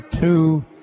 two